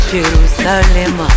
Jerusalem